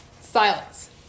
Silence